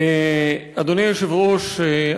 אדוני היושב-ראש,